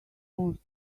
most